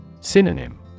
Synonym